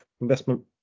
investment